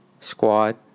squad